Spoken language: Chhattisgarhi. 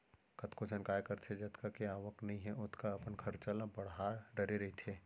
कतको झन काय करथे जतका के आवक नइ हे ओतका अपन खरचा ल बड़हा डरे रहिथे